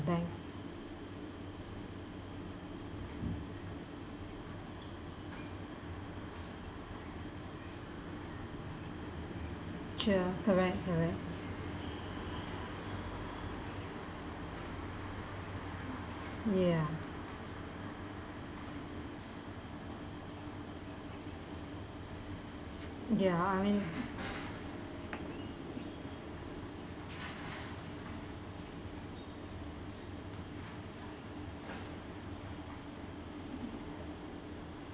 bank sure correct correct ya ya I mean